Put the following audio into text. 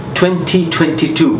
2022